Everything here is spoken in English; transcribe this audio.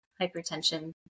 hypertension